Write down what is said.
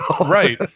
Right